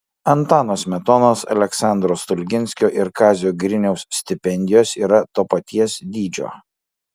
antano smetonos aleksandro stulginskio ir kazio griniaus stipendijos yra to paties dydžio